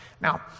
Now